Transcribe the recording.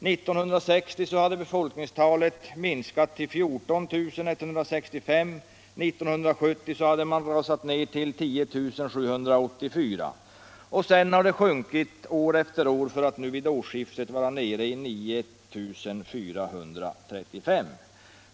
1960 hade befolkningstalet minskat till 14 165. 1970 hade det rasat ned till 10 784. Sedan har det sjunkit år efter år, för att nu vid årsskiftet vara nere i 9 435.